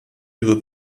ihre